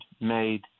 made